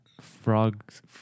frogs